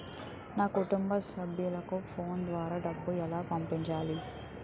నా కుటుంబ సభ్యులకు ఫోన్ ద్వారా డబ్బులు ఎలా పంపించాలి?